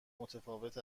متفاوت